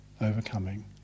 overcoming